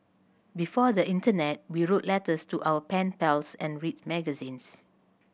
before the internet we wrote letters to our pen pals and read magazines